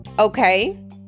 Okay